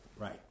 Right